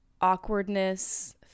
awkwardness